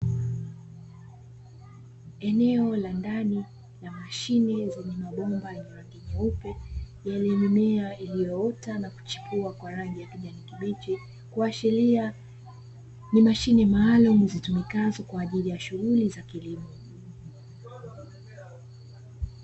Eneo la ndani la mashine zenye mabomba yenye rangi nyeupe yenye mimea iliyoota na kuchipua na rangi ya kijani kibichi iliyoota na kuchupua kuashiria ni mashine maalum kwa ajili ya shughuli za kilimo.